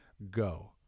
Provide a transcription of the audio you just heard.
Go